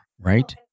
right